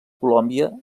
colòmbia